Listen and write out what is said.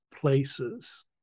places